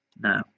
No